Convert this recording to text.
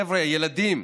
חבר'ה, ילדים,